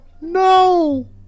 no